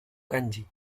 kanji